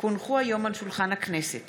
כ"א בתמוז התש"ף